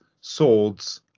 swords